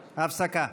הכנסת,